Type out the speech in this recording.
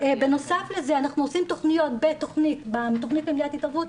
בנוסף לזה אנחנו עושים תכניות בתכנית למניעת התאבדות,